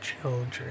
children